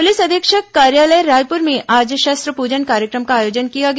police अधीक्षक कार्यालय रायपुर में आज शस्त्र पूजन कार्यक्रम का आयोजन किया गया